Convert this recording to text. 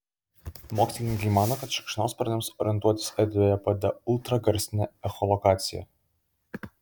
mokslininkai mano kad šikšnosparniams orientuotis erdvėje padeda ultragarsinė echolokacija